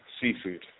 seafood